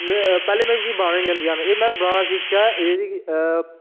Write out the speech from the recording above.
पैह्लें मिगी बनाना निं औंदियां हियां भी में बनाना सिक्खेआ